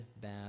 bad